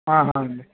అండి